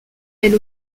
elle